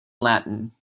latin